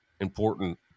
important